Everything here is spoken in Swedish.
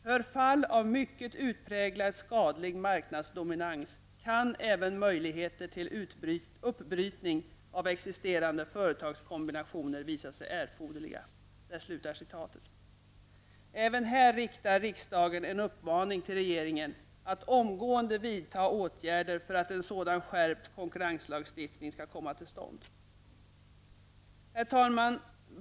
För fall av mycket utpräglad skadlig marknadsdominans kan även möjligheter till uppbrytning av existerande företagskombinationer visa sig erforderliga.'' Även här riktar riksdagen en uppmaning till regeringen att omgående vidta åtgärder för att en sådan skärpt konkurrenslagstiftning skall komma till stånd. Herr talman!